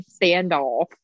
standoff